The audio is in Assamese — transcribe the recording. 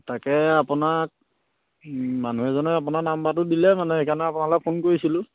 তাকে আপোনাক মানুহ এজনে আপোনাৰ নাম্বাৰটো দিলে মানে সেইকাৰণে আপোনালে ফোন কৰিছিলোঁ